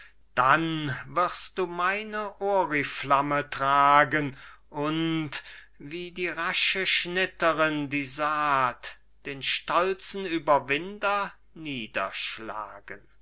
dann wirst du meine oriflamme tragen und wie die rasche schnitterin die saat den stolzen überwinder niederschlagen